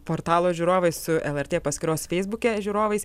portalo žiūrovais su lrt paskyros feisbuke žiūrovais